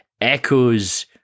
echoes